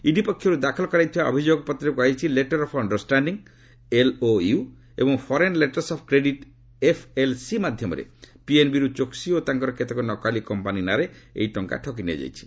ED ପକ୍ଷରୁ ଦାଖଲ କରାଯାଇଥିବା ଅଭିଯୋଗପତ୍ରରେ କୁହାଯାଇଛି letter of understanding LOU ଏବଂ foreign letters of credit FLC ମାଧ୍ୟମରେ ପିଏନ୍ବି ରୁ ଚୋକ୍କି ଓ ତାଙ୍କର କେତେକ ନକଲି କମ୍ପାନୀ ନାଁରେ ଏହି ଟଙ୍କା ଠକି ନିଆଯାଇଛି